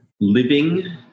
living